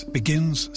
begins